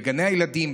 בגני הילדים,